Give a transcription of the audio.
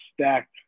stacked